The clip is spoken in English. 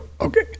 okay